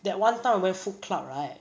that one time I went food club right